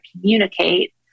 communicate